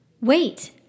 Wait